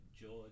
George